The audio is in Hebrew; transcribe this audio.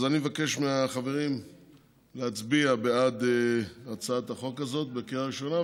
אז אני מבקש מהחברים להצביע בעד הצעת החוק הזאת בקריאה הראשונה,